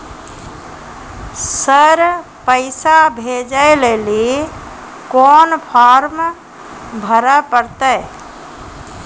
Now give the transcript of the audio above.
Sir पैसा भेजै लेली कोन फॉर्म भरे परतै?